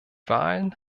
wahlen